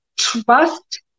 trust